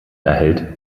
erhält